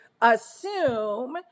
assume